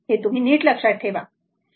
हे तुम्ही नीट लक्षात ठेवा बरोबर